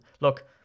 look